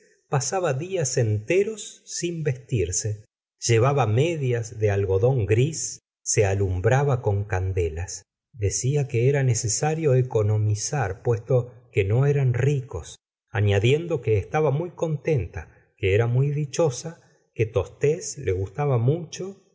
pasaba días enteros sin vestirse llevaba medias de algodón gris se alumbraba con candelas decía que era necesario economizar puesto que no eran ricos añadiendo que estaba muy contenta que era muy dichosa que tostes le gustaba mucho